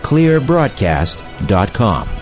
ClearBroadcast.com